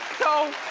so